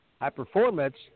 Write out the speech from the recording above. high-performance